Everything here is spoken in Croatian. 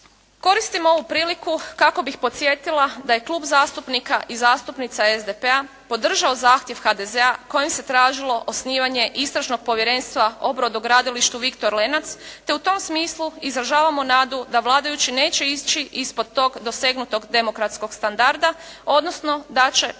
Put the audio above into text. Koristim ovu priliku kako bih podsjetila da je Klub zastupnika i zastupnica SDP-a podržao zahtjev HDZ-a kojim se tražilo osnivanje Istražnog povjerenstva o brodogradilištu "Viktor Lenac", te u tom smislu izražavamo nadu da vladajući neće ići ispod tog dosegnutog demokratskog standarda, odnosno da će